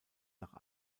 nach